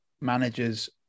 managers